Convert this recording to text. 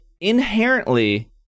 inherently